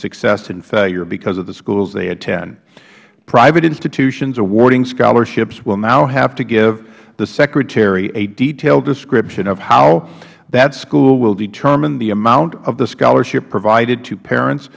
success and failure because of the schools they attend private institutions awarding scholarships will now have to give the secretary a detailed description of how that school will determine the amount of the scholarship provided to parents